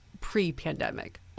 pre-pandemic